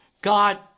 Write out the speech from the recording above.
God